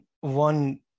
one